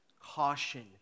caution